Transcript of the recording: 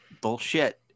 Bullshit